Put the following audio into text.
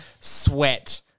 sweat